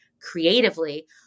creatively